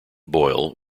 boyle